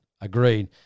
Agreed